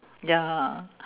ya